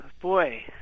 boy